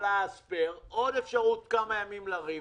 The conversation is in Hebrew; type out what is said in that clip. ולממשלה עודף, עוד אפשרות לריב עוד כמה ימים וכו'.